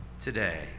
today